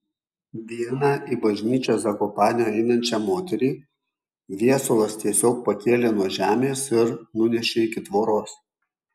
vieną į bažnyčią zakopanėje einančią moterį viesulas tiesiog pakėlė nuo žemės ir nunešė iki tvoros